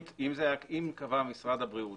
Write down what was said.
אם קבע משרד הבריאות